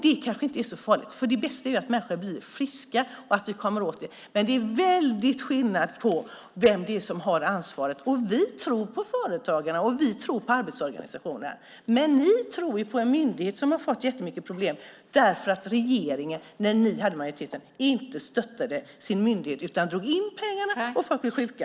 Det kanske inte är så farligt, för det bästa är ju att människor blir friska och kommer åter. Det är en väldig skillnad på vem som har ansvaret. Vi tror på företagarna, och vi tror på arbetsorganisationerna. Ni däremot tror på en myndighet som fått jättemycket problem eftersom regeringen, när ni hade majoriteten, inte stöttade sin myndighet utan drog in pengarna och folk blev sjuka.